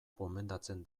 gomendatzen